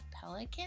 Pelican